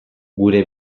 gure